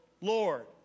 Lord